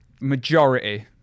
majority